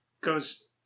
Goes